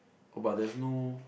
oh but there's no